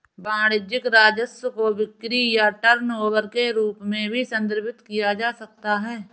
वाणिज्यिक राजस्व को बिक्री या टर्नओवर के रूप में भी संदर्भित किया जा सकता है